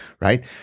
right